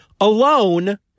alone